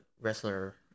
wrestler